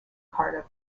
cardiff